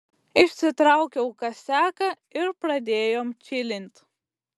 išsitraukiau kasiaką ir pradėjom čilint